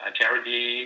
charity